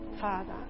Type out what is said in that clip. father